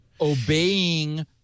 obeying –